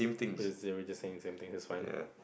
it's saying the same thing it's fine